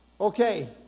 Okay